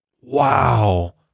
Wow